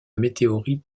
météorite